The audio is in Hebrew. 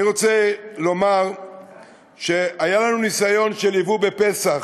אני רוצה לומר שהיה לנו ניסיון של ייבוא בפסח.